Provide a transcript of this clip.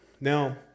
Now